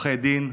עורכי דין,